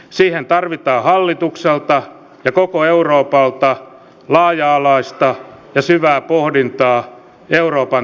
siihen tarvitaan hallitukselta ja koko euroopalta laaja alaista ja syvää pohdintaa euroopan tulevaisuudesta